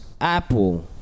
Apple